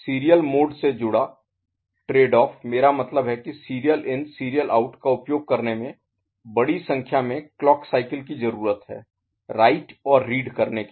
serial mode से जुड़ा trade off मेरा मतलब है कि सीरियल इन सीरियल आउट का उपयोग करने में बड़ी संख्या में क्लॉक साइकिल की जरूरत है राइट और रीड करने के लिए